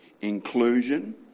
inclusion